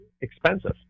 expensive